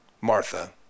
martha